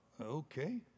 okay